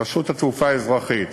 רשות התעופה האזרחית,